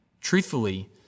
truthfully